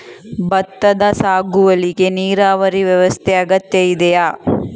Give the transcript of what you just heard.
ಭತ್ತದ ಸಾಗುವಳಿಗೆ ನೀರಾವರಿ ವ್ಯವಸ್ಥೆ ಅಗತ್ಯ ಇದೆಯಾ?